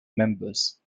members